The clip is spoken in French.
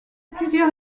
plusieurs